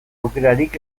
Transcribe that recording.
aukerarik